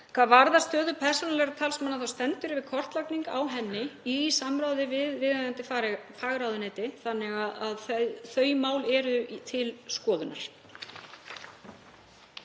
Hvað varðar stöðu persónulegra talsmanna þá stendur yfir kortlagning á henni í samráði við viðeigandi fagráðuneyti þannig að þau mál eru til skoðunar.